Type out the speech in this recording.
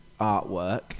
artwork